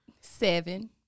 Seven